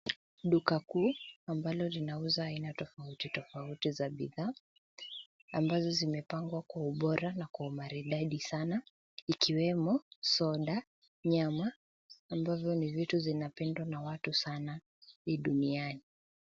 Duka kuu ambalo linauza aina tofautitofauti za bidhaa ambazo zimepangwa kwa ubora na kwa umaridadi sana ikiwemo soda, nyama ambavyo ni vitu zinapendwa na watu sana hii duniani.